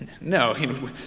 No